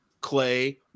clay